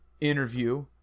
interview